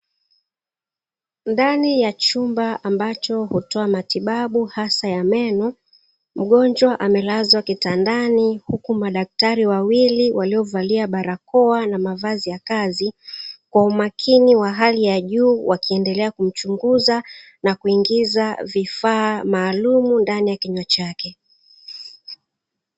Ndani ya chumba ambacho hutoa matibabu hasa ya meno, mgonjwa amelazwa kitandani, huku madaktari wawili waliovalia barakoa na mavazi ya kazi, kwa umakini wa hali ya juu wakiendelea kumchunguza na kuingiza vifaa maalumu ndani ya kinywa chake.